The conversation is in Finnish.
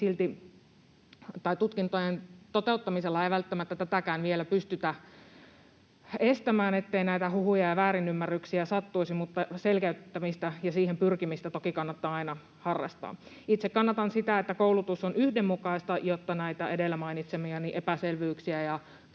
Tutkintojen toteuttamisella ei silti välttämättä vielä pystytä estämään, ettei näitä huhuja ja väärinymmärryksiä sattuisi, mutta selkeyttämistä ja siihen pyrkimistä toki kannattaa aina harrastaa. Itse kannatan sitä, että koulutus on yhdenmukaista, jotta näiltä edellä mainitsemiltani epäselvyyksiltä ja